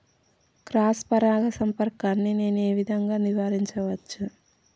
Cross పరాగ సంపర్కాన్ని నేను ఏ విధంగా నివారించచ్చు?